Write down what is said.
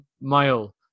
mile